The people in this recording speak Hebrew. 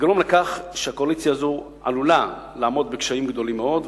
יגרום לכך שהקואליציה הזאת תעמוד בקשיים גדולים מאוד.